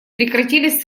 прекратились